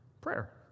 prayer